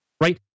Right